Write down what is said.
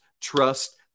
trust